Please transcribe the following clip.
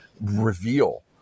reveal